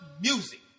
music